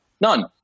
None